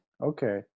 Okay